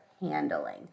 handling